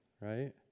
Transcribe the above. right